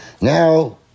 Now